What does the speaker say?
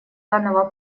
данного